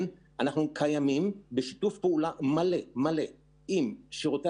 אנחנו פועלים בשיתוף פעולה מלא עם שירותי